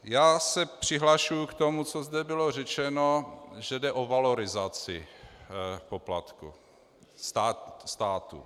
Já se přihlašuji k tomu, co zde bylo řečeno, že jde o valorizaci poplatků státu.